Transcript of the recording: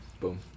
Boom